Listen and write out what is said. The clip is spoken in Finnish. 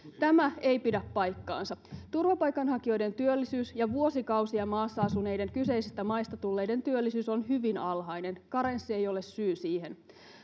tämä ei pidä paikkaansa turvapaikanhakijoiden työllisyys ja vuosikausia maassa asuneiden kyseisistä maista tulleiden työllisyys on hyvin alhainen karenssi ei ole syy siihen